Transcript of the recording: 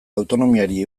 autonomiari